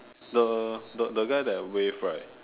the the the guy that wave right